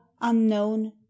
unknown